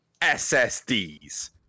SSDs